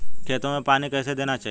खेतों में पानी कैसे देना चाहिए?